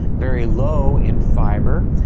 very low in fibre,